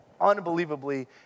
unbelievably